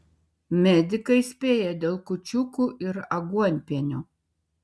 medikai įspėja dėl kūčiukų ir aguonpienio